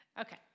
Okay